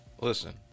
Listen